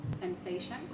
sensation